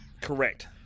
Correct